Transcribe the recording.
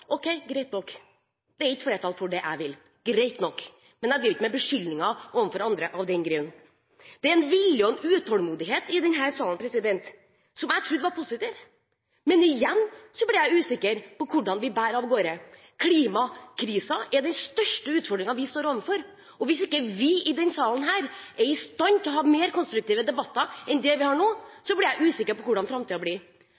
Ok, greit nok, det er ikke flertall for det jeg vil – greit nok. Men jeg driver ikke med beskyldninger overfor andre av den grunn. Det er en vilje og en utålmodighet i denne salen som jeg trodde var positiv, men igjen blir jeg usikker på hvor det bærer av gårde. Klimakrisen er den største utfordringen vi står overfor, og hvis ikke vi i denne salen er i stand til å ha mer konstruktive debatter enn den vi har nå, blir